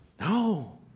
No